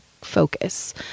focus